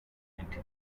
internet